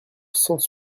cent